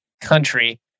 country